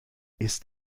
ist